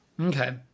Okay